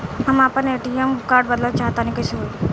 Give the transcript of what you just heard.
हम आपन ATM card बदलल चाह तनि कइसे होई?